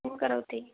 किं करोति